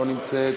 לא נמצאת.